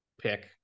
pick